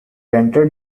entered